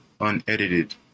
unedited